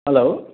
hello